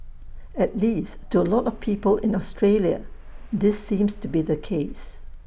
at least to A lot of people in Australia this seems to be the case